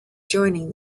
joining